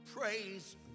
Praise